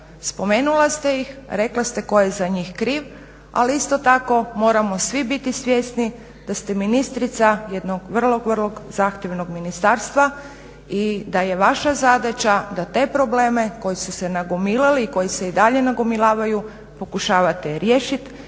spomenula ste ih, rekla ste tko je za njih kriv, ali isto tako moramo svi biti svjesni da ste ministrica jednog vrlo, vrlo zahtjevnog ministarstva i da je vaša zadaća da te probleme koji su se nagomilali i koji se i dalje nagomilavaju pokušavate riješit